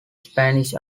spanish